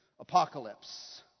Apocalypse